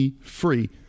free